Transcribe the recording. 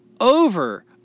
over